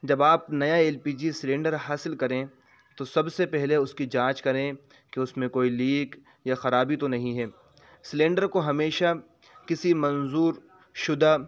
جب آپ نیا ایل پی جی سلنڈر حاصل کریں تو سب سے پہلے اس کی جانچ کریں کہ اس میں لیک یا خرابی تو نہیں ہے سلنڈر کو ہمیشہ کسی منظور شدہ